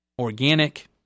Organic